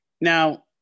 Now